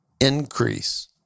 increase